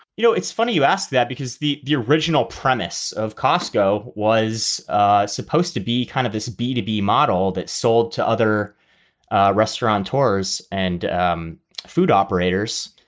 you know, it's funny you ask that because the the original premise of costco was supposed to be kind of this b two b model that sold to other restaurant tours and um food operators.